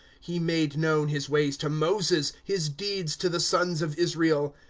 he made known his ways to moses, his deeds to the sons of israel.